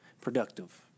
productive